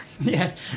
yes